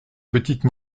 petite